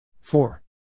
four